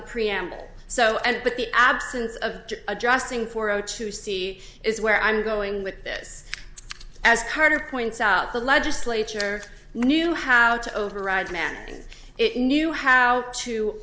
the preamble so and but the absence of adjusting for o to see is where i'm going with this as carter points out the legislature knew how to override managing it knew how to